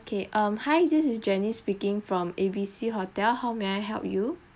okay um hi this is janice speaking from A B C hotel how may I help you